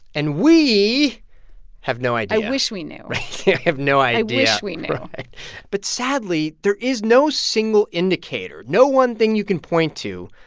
and we have no idea i wish we knew we have no idea i wish we knew but sadly, there is no single indicator, no one thing you can point to,